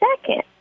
second